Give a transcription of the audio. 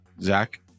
Zach